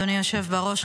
אדוני היושב בראש,